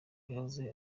yahoze